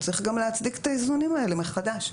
צריך גם להצדיק את האיזונים האלה מחדש.